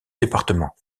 département